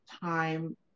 time